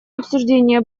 обсуждение